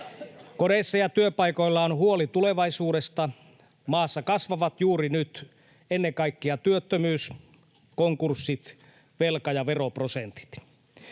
Kodeissa ja työpaikoilla on huoli tulevaisuudesta. Maassa kasvavat juuri nyt ennen kaikkea työttömyys, konkurssit, velka ja veroprosentit.